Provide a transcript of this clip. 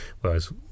whereas